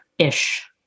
ish